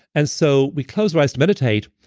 and so we close our eyes to meditate,